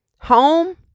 home